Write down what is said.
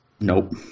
Nope